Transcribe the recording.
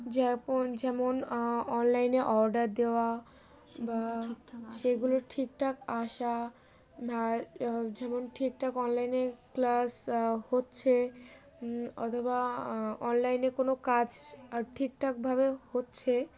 যেন যেমন অনলাইনে অর্ডার দেওয়া বা সেগুলো ঠিক ঠাক আসা আর যেমন ঠিক ঠাক অনলাইনে ক্লাস হচ্ছে অথবা অনলাইনে কোনো কাজ ঠিক ঠাকভাবে হচ্ছে